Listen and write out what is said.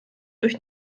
durch